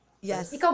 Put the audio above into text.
Yes